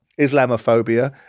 Islamophobia